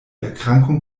erkrankung